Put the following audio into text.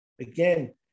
again